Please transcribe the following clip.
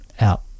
out